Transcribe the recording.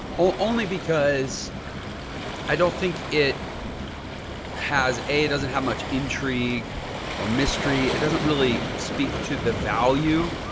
only because i don't think it has a it doesn't have much intrigue or mystery. it doesn't really speak to the value.